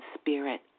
spirit